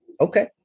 Okay